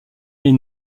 est